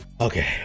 Okay